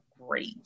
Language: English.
great